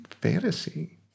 fantasy